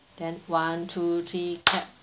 then one two three clap